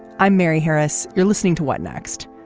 i'm mary harris. you're listening to what next.